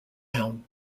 town